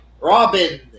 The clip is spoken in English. Robin